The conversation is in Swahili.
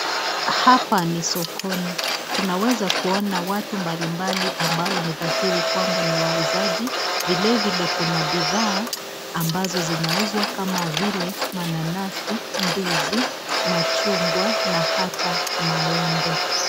Hapa ni sokoni. Tunaweza kuona watu mbalimbali ambao ni dhahiri kwamba ni wauzaji. Vilevile kuna bidhaa ambazo zinauzwa kama vile mananasi, ndizi, machungwa na hata maembe.